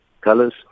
colors